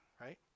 right